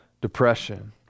depression